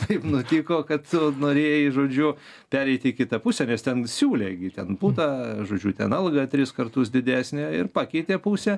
taip nutiko kad norėjai žodžiu pereiti į kitą pusę nes ten siūlė gi ten būtą žodžiu ten algą tris kartus didesnę ir pakeitė pusę